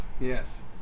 Yes